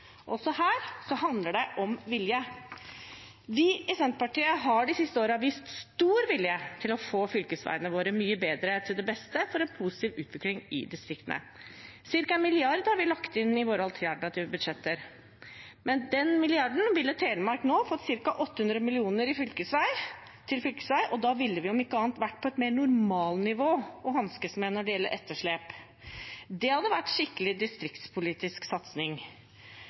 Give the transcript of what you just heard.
Også her handler det om vilje. Vi i Senterpartiet har de siste årene vist stor vilje til å få fylkesveiene våre mye bedre, til det beste for en positiv utvikling i distriktene. Cirka 1 mrd. kr har vi lagt inn i våre alternative budsjetter. Med den milliarden ville Telemark nå fått ca. 800 mill. kr til fylkesvei, og da ville vi, om ikke annet, hatt et mer normalnivå å hanskes med når det gjelder etterslep. Det hadde vært skikkelig distriktspolitisk satsing.